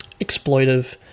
exploitive